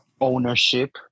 Ownership